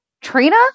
Trina